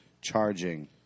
charging